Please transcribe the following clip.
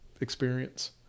experience